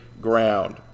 ground